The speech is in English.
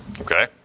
okay